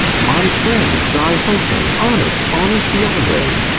my friend, thy husband, honest, honest iago.